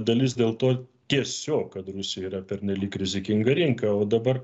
dalis dėl to tiesiog kad rusija yra pernelyg rizikinga rinka o dabar